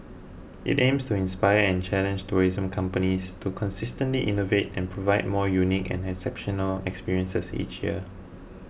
it aims to inspire and challenge tourism companies to consistently innovate and provide more unique and exceptional experiences each year